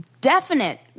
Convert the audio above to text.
definite